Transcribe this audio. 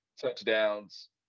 touchdowns